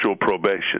probation